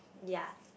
ya